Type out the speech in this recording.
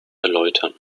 erläutern